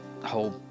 whole